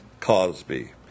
Cosby